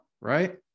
right